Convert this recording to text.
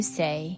say